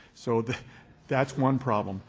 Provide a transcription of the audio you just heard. so that's one problem.